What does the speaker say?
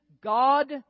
God